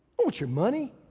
ah but your money?